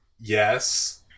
yes